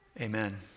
amen